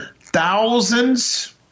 thousands